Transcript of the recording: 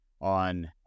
on